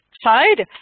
side